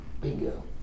Bingo